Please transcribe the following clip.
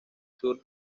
sur